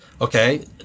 Okay